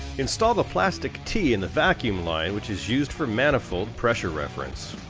install the plastic t in the vacuum line which is used for manifold pressure reference.